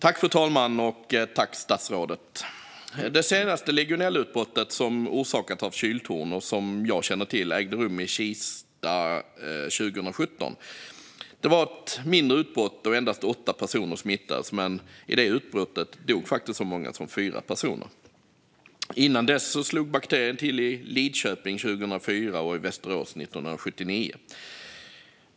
Fru talman! Det senaste legionellautbrottet orsakat av kyltorn som jag känner till ägde rum i Kista 2017. Det var ett mindre utbrott då endast 8 personer smittades, men i det utbrottet dog faktiskt så många som 4 personer. Innan dess slog bakterien till i Lidköping 2004 och i Västerås 1979.